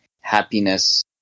happiness